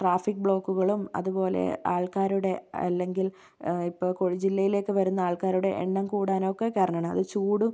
traffic ബ്ലോക്കുകളും അതുപോലെ ആൾക്കാരുടെ അല്ലെങ്കിൽ ഇപ്പോൾ കോഴി ജില്ലയിലേക്ക് വരുന്ന ആൾക്കാരുടെ എണ്ണം കൂടാനൊക്കെ കാരണമാണ് അത് ചൂടും